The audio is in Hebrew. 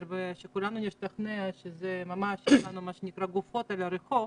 ושכולנו נשתכנע שיהיו לנו ממש גופות ברחוב,